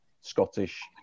Scottish